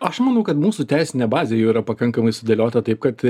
aš manau kad mūsų teisinė bazė jau yra pakankamai sudėliota taip kad